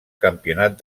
campionat